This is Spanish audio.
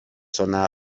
zona